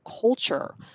culture